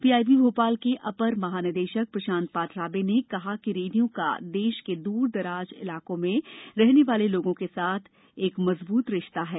PIB Bhopal के अपर महानिदेशक प्रशांत पाठराबे ने कहा कि रेडियो का देश के द्राज इलाकों में रहने वाले लोगों के साथ एक मजबूत रिश्ता है